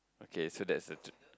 okay so that's the ch~